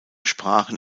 sprachen